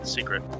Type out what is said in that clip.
Secret